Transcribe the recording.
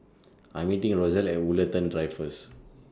I'm meeting Rosalee At Woollerton Drive First